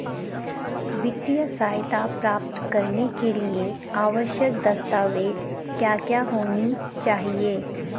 वित्तीय सहायता प्राप्त करने के लिए आवश्यक दस्तावेज क्या क्या होनी चाहिए?